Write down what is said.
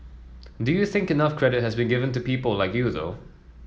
do you think enough credit has been given to people like you though